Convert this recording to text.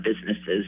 businesses